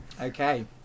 Okay